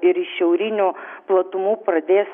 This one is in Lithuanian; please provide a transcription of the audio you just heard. ir iš šiaurinių platumų pradės